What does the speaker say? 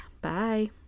Bye